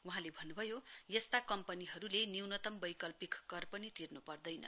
वहाँले भन्न्भयो यसता काम्पनीहरूले न्यूनतम बैकल्पिक कर पनि तिर्न् पर्दैन